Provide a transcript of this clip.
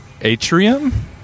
Atrium